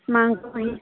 ମା'ଙ୍କ ପାଇଁ